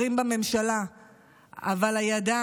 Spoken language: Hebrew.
והיום?